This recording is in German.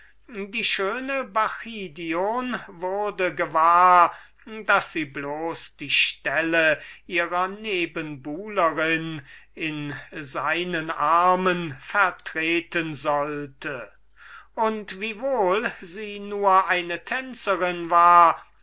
die schöne bacchidion wurde nur zu deutlich gewahr daß sie nur die stelle ihrer nebenbuhlerin in seinen armen vertreten sollte und ob sie gleich nur eine tänzerin war